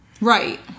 Right